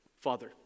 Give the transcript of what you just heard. Father